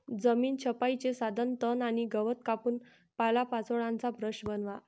जमीन छपाईचे साधन तण आणि गवत कापून पालापाचोळ्याचा ब्रश बनवा